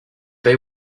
they